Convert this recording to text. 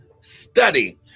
study